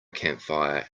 campfire